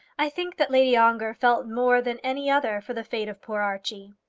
i think that lady ongar felt more than any other for the fate of poor archie.